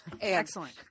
Excellent